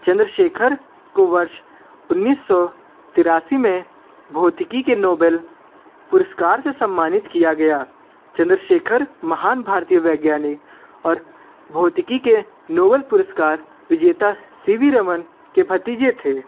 चंद्रशेखर को वर्ष उन्नीस सौ तिरासी में भौतिकी के नोबेल पुरस्कार से सम्मानित किया गया चंद्रशेखर महान भारतीय वैज्ञानिक और भौतिकी के नोबेल पुरस्कार विजेता सी वी रमन के भतीजे थे